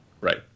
Right